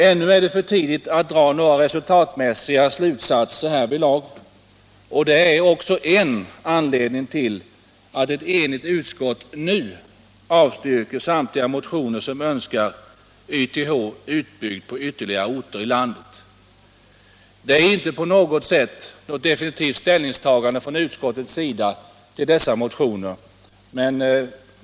Ännu är det för tidigt att dra några slutsatser om resultatet, och detta är också en anledning till att ett enigt utskott nu avstyrker samtliga motioner som önskar YTH utbyggd på ytterligare orter i landet. Det är inte något definitivt ställningstagande av utskottet till YTH utbyggnad framöver.